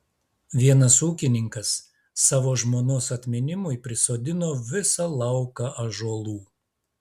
vienas ūkininkas savo žmonos atminimui prisodino visą lauką ąžuolų